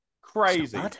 crazy